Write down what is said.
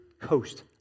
coast